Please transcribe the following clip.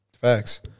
Facts